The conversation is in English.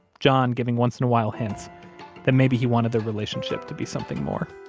john giving once in a while hints that maybe he wanted their relationship to be something more